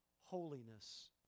holiness